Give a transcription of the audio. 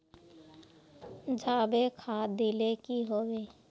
जाबे खाद दिले की होबे?